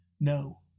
No